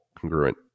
congruent